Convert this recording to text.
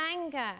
anger